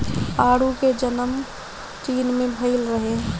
आडू के जनम चीन में भइल रहे